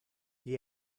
gli